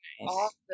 awesome